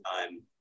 time